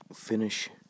Finish